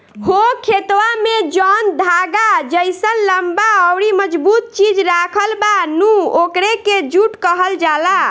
हो खेतवा में जौन धागा जइसन लम्बा अउरी मजबूत चीज राखल बा नु ओकरे के जुट कहल जाला